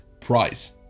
price